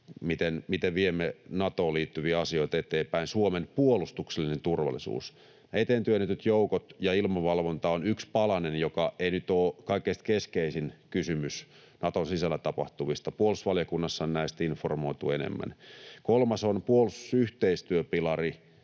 miten viemme Natoon liittyviä asioita eteenpäin. Suomen puolustuksellinen turvallisuus, eteen työnnetyt joukot ja ilmavalvonta ovat yksi palanen, joka ei nyt ole kaikista keskeisin kysymys Naton sisällä tapahtuvista. Puolustusvaliokunnassa on näistä informoitu enemmän. Kolmas on puolustusyhteistyöpilari,